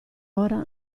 ora